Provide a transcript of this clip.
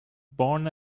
born